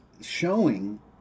showing